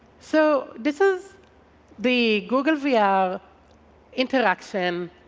so this is the google vr yeah interaction,